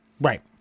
Right